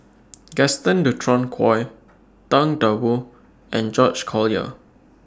Gaston Dutronquoy Tang DA Wu and George Collyer